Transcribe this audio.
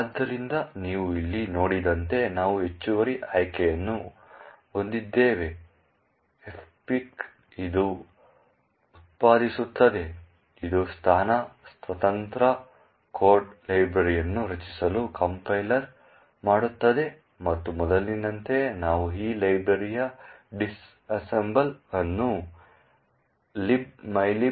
ಆದ್ದರಿಂದ ನೀವು ಇಲ್ಲಿ ನೋಡಿದಂತೆ ನಾವು ಹೆಚ್ಚುವರಿ ಆಯ್ಕೆಯನ್ನು ಹೊಂದಿದ್ದೇವೆ fpic ಇದು ಉತ್ಪಾದಿಸುತ್ತದೆ ಇದು ಸ್ಥಾನ ಸ್ವತಂತ್ರ ಕೋಡ್ ಲೈಬ್ರರಿಯನ್ನು ರಚಿಸಲು ಕಂಪೈಲರ್ ಮಾಡುತ್ತದೆ ಮತ್ತು ಮೊದಲಿನಂತೆ ನಾವು ಈ ಲೈಬ್ರರಿಯ ಡಿಸ್ಅಸೆಂಬಲ್ ಅನ್ನು libmylib pic